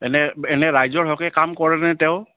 এনে এনে ৰাইজৰ হকে কাম কৰেনে তেওঁ